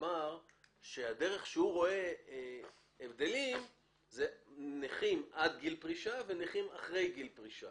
אמר שהדרך שהוא רואה הבדלים זה נכים עד גיל פרישה ונכים אחרי גיל פרישה,